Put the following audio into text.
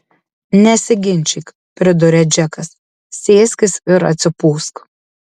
nesiginčyk priduria džekas sėskis ir atsipūsk